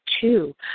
two